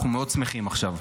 אנחנו מאוד שמחים עכשיו,